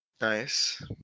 Nice